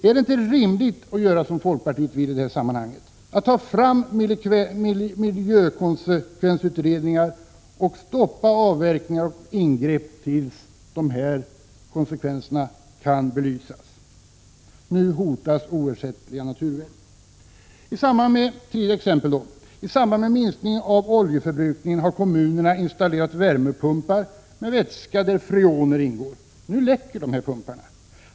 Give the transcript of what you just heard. Är det inte rimligt att göra som folkpartiet vill i detta sammanhang, nämligen ta fram miljökonsekvensutredningar och stoppa avverkningar och ingrepp tills de här konsekvenserna kan belysas. Nu hotas oersättliga naturvärden. Ett tredje exempel: I samband med minskning av oljeförbrukningen har kommunerna installerat värmepumpar med vätska där freoner ingår. Nu läcker pumparna.